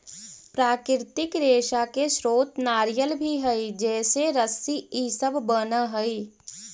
प्राकृतिक रेशा के स्रोत नारियल भी हई जेसे रस्सी इ सब बनऽ हई